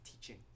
teaching